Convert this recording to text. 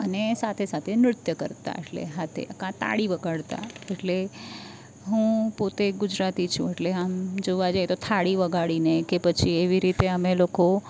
અને સાથે સાથે નૃત્ય કરતાં એટલે હાથે કાં તાળી વગાડતા એટલે હું પોતે ગુજરાતી છું એટલે આમ જોવા જઇએ તો થાળી વગાડીને કે પછી એવી રીતે અમે લોકો